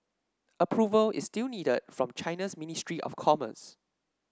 approval is still needed from China's ministry of commerce